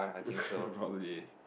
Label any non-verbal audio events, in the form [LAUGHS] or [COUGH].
[LAUGHS] probably is